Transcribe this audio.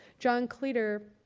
john cleater,